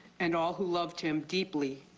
and all who loved him deeply.